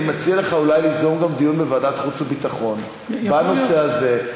אני מציע לך אולי ליזום גם דיון בוועדת חוץ וביטחון בנושא הזה,